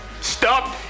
Stop